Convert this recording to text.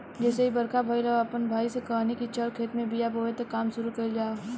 जइसे ही बरखा भईल, हम आपना भाई से कहनी की चल खेत में बिया बोवे के काम शुरू कईल जाव